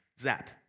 zap